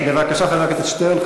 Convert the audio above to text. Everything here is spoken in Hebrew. בבקשה, חבר הכנסת שטרן.